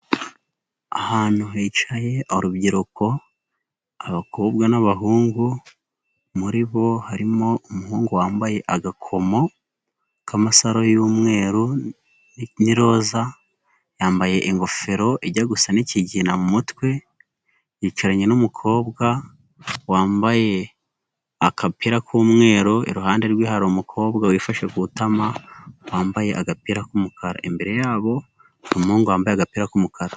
Ahantu hicaye urubyiruko, abakobwa n'abahungu, muri bo harimo umuhungu wambaye agakomo k'amasaro y'umweru n'iroza, yambaye ingofero ijya gusa n'ikigina mu mutwe, yicaranye n'umukobwa, wambaye akapira k'umweru, iruhande rwe hari umukobwa wifashe ku itama, wambaye agapira k'umukara, imbere yabo, hari umuhungu wambaye agapira k'umukara.